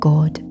God